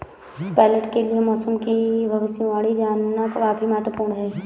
pilot के लिए मौसम की भविष्यवाणी जानना काफी महत्त्वपूर्ण है